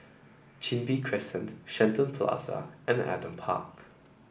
Chin Bee Crescent Shenton Plaza and Adam Park